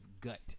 gut